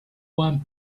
one